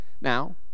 Now